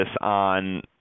on